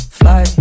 fly